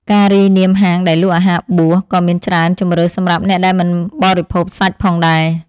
ការរាយនាមហាងដែលលក់អាហារបួសក៏មានច្រើនជម្រើសសម្រាប់អ្នកដែលមិនបរិភោគសាច់ផងដែរ។